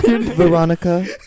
Veronica